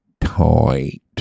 tight